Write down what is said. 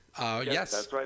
Yes